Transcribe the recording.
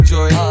Joy